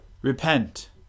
Repent